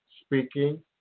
speaking